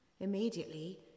Immediately